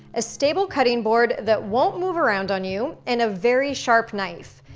a stable cutting board that won't move around on you and a very sharp knife.